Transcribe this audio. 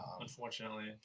Unfortunately